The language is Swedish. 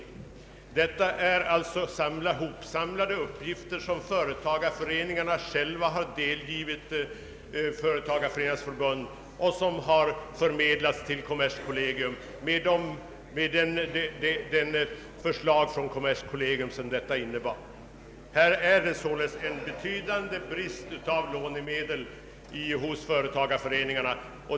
Detta är alltså uppgifter som företagarföreningarna har sammanställt och delgivit Företagareföreningarnas riksförbund. Dessa uppgifter har meddelats kommerskollegium och föranlett dess förslag. Här föreligger således en betydande brist på lånemedel hos företagarföreningarna.